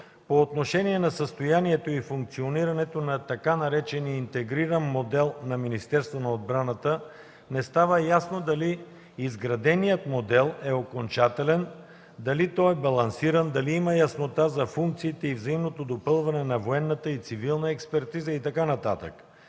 По отношение на състоянието и функционирането на така наречения интегриран модел на Министерството на отбраната не става ясно дали изграденият модел е окончателен, дали е балансиран, дали има яснота за функциите и взаимното допълване на военната и цивилната експертиза и така